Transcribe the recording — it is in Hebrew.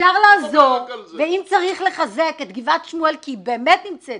אפשר לעזור ואם צריך לחזק את גבעת שמואל כי היא באמת נמצאת